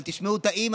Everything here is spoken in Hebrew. אבל תשמעו את האימא,